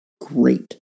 great